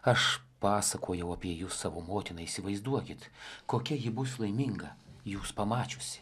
aš pasakojau apie jus savo motinai įsivaizduokit kokia ji bus laiminga jus pamačiusi